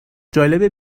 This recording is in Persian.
جالبه